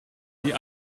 die